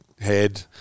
head